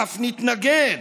אף נתנגד,